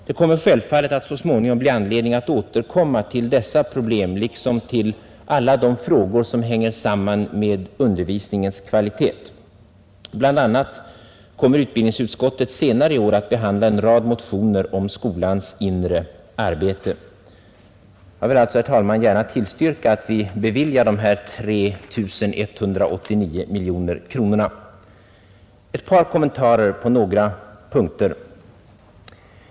Det kommer självfallet att så småningom bli anledning återkomma till dessa problem liksom till alla de frågor som hänger samman med undervisningens kvalitet. Bl. a. kommer utbildningsutskottet senare i år att behandla en rad motioner om skolans inre arbete. Jag vill alltså, herr talman, gärna tillstyrka att vi beviljar dessa 3 189 miljoner kronor. Men tillåt mig att göra ett par kommentarer på några punkter.